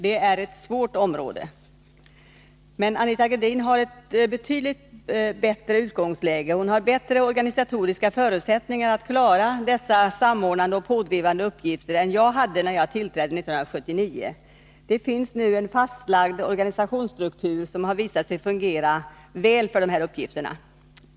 Det är ett svårt område som hon har fått ansvaret för. Men Anita Gradin har betydligt bättre organisatoriska förutsättningar att klara dessa samordnande och pådrivande uppgifter än jag hade när jag tillträdde 1979. Det finns nu en fastlagd organisationsstruktur som har visat sig fungera väl för dessa uppgifter.